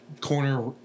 corner